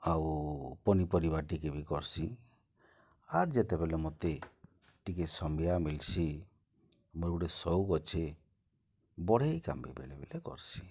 ଆଉ ପନିପରିବା ଟିକେ ବି କର୍ସି ଆର୍ ଯେତେବେଲେ ମୋତେ ଟିକେ ସମିୟା ମିଲ୍ସି ମୋର ଗୋଟିଏ ସଉକ ଅଛେ ବଢ଼େଇ କାମବି ବେଲେ ବେଲେ କର୍ସି